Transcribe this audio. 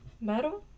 Metal